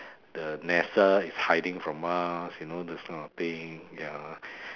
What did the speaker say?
the NASA is hiding from us you know those kind of things ya